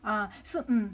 ah so